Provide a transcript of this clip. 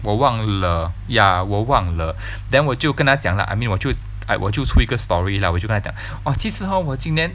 我忘了 ya 我忘了 then 我就跟他讲 lah I mean 我就 I 我就出一个 story lah 我就跟他讲 !wah! 其实 hor 我今年